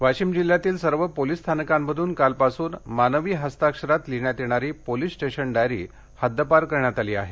वाशिम वाशिम जिल्ह्यातील सर्व पोलीस स्थानकांमधून काल पासून मानवी हस्ताक्षरात लिहिण्यात येणारी पोलीस स्टेशन डायरी हद्दपार करण्यात आली आहे